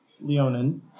Leonin